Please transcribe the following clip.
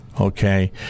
Okay